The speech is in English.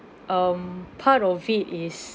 um part of it is